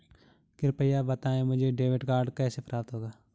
कृपया बताएँ मुझे डेबिट कार्ड कैसे प्राप्त होगा?